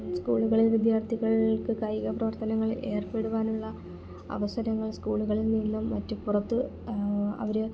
സ്കൂളുകളിൽ വിദ്യാർത്ഥികൾക്ക് കായിക പ്രവർത്തനങ്ങളിൽ ഏർപ്പെടുവാനുള്ള അവസരങ്ങൾ സ്കൂളുകളിൽ നിന്നും മറ്റും പുറത്ത് അവർ